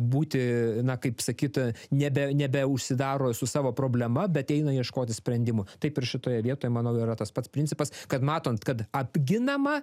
būti na kaip sakyt a nebe nebeužsidaro su savo problema bet eina ieškoti sprendimų taip ir šitoje vietoje manau yra tas pats principas kad matant kad apginama